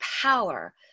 power